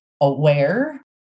aware